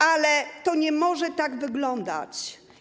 Ale to nie może tak wyglądać.